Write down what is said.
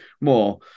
more